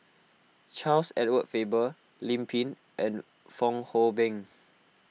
Charles Edward Faber Lim Pin and Fong Hoe Beng